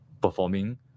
performing